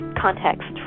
Context